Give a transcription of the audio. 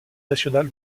national